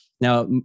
now